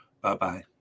bye-bye